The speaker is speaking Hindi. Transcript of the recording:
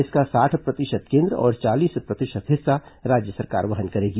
इसका साठ प्रतिशत कोन्द्र और चालीस प्रतिशत हिस्सा राज्य सरकार वहन करेगी